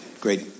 great